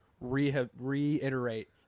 reiterate